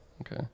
Okay